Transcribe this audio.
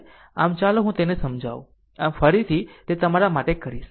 આમ ચાલો હું તેને સમજાવું પછી ફરીથી તે તમારા માટે કરીશ